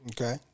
Okay